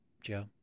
Joe